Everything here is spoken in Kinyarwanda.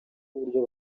uburyo